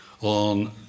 On